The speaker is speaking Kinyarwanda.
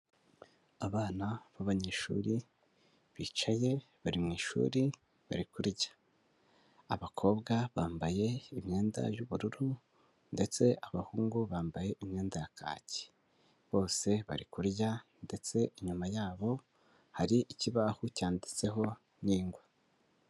Abana b'abanyeshuri bicaye, bari mu ishuri bari kurya. Abakobwa bambaye imyenda y'ubururu ndetse abahungu bambaye imyenda ya kaki, bose bari kurya ndetse inyuma yabo hari ikibaho cyanditseho n'ingwa.